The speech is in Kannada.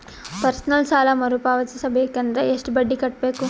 ಪರ್ಸನಲ್ ಸಾಲ ಮರು ಪಾವತಿಸಬೇಕಂದರ ಎಷ್ಟ ಬಡ್ಡಿ ಕಟ್ಟಬೇಕು?